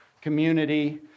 community